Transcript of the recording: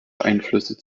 einflüsse